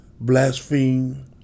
blaspheme